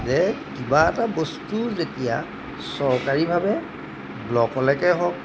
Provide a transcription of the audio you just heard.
যে কিবা এটা বস্তু যেতিয়া চৰকাৰীভাৱে ব্লকলৈকে হওক